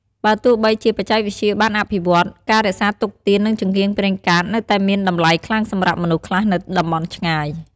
បើទោះបីជាបច្ចេកវិទ្យាបានអភិវឌ្ឍន៍ ការរក្សាទុកទៀននិងចង្កៀងប្រេងកាតនៅតែមានតម្លៃខ្លាំងសម្រាប់មនុស្សខ្លះនៅតំបន់ឆ្ងាយ។